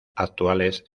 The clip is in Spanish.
actuales